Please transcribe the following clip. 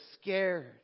scared